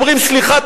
אומרים: סליחה,